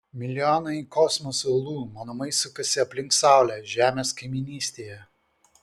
milijonai kosmoso uolų manoma sukasi aplink saulę žemės kaimynystėje